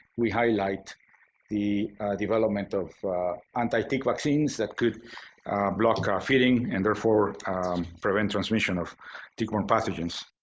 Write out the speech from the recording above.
we highlight the development of anti-tick vaccines that could block ah feeding and therefore prevent transmission of tick-borne pathogens.